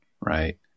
right